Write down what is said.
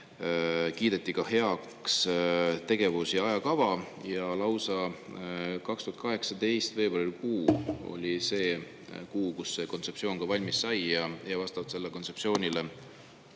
kiideti ka heaks tegevus- ja ajakava, ja lausa 2018, veebruarikuu oli see kuu, kus see kontseptsioon ka valmis sai ja vastavalt sellele kontseptsioonile